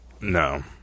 No